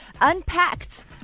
Unpacked